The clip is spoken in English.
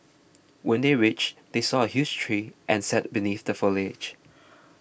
when they reach they saw a huge tree and sat beneath the foliage